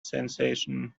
sensation